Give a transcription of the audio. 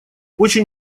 очень